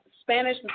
Spanish